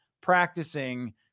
practicing